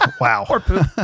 Wow